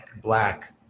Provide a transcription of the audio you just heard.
Black